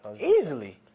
Easily